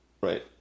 right